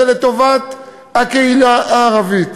זה לטובת הקהילה הערבית.